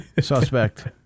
Suspect